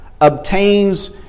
obtains